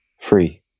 free